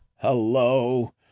Hello